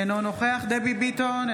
אינו נוכח דבי ביטון,